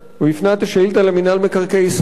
הוא הפנה את השאילתא למינהל מקרקעי ישראל.